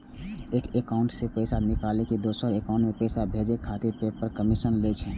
एक एकाउंट सं पैसा निकालि कें दोसर एकाउंट मे पैसा भेजै खातिर पेपल कमीशन लै छै